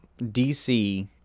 DC